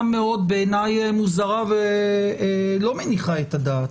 בעיניי מאוד מוזרה ולא מניחה את הדעת,